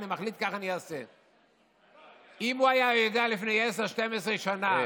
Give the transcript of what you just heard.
שנעשה עוד לפני ההצעה של השרה דאז והשרה